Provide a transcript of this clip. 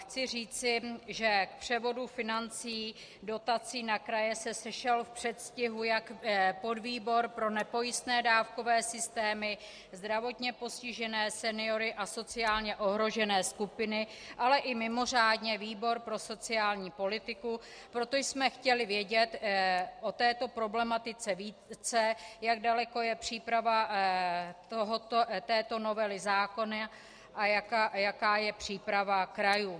Chci říci, že k převodu financí, dotací na kraje se sešel v předstihu jak podvýbor pro nepojistné dávkové systému, zdravotně postižené seniory a sociálně ohrožené skupiny, ale i mimořádně výbor pro sociální politiku, protože jsme chtěli vědět o této problematice více, jak daleko je příprava této novely zákona a jaká je příprava krajů.